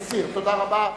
מסיר, תודה רבה.